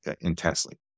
intensely